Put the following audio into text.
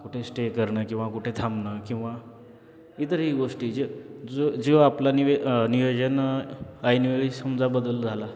कुठे स्टे करणं किंवा कुठे थांबणं किंवा इतरही गोष्टी ज जो जो आपला निवे नियोजन ऐनवेळी समजा बदल झाला